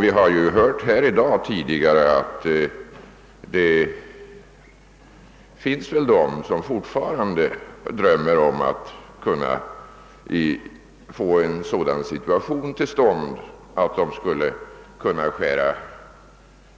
Vi har tidigare i dag hört att det finns de som fortfarande drömmer om att få till stånd en sådan situation att man skall kunna skära